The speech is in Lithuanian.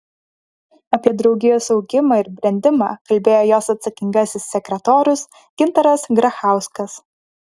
apie draugijos augimą ir brendimą kalbėjo jos atsakingasis sekretorius gintaras grachauskas